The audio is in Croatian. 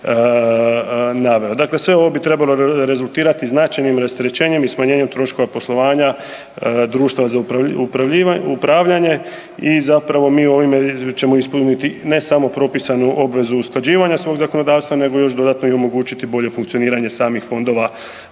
naveo. Dakle sve ovo bi trebalo rezultirati značajnim rasterećenjem i smanjenjem troškova poslovanja društva za upravljanje i zapravo mi ovime ćemo ispuniti, ne samo propisanu obvezu usklađivanja svog zakonodavstva, nego još dodatno i omogućiti bolje funkcioniranje samih fondova